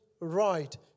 right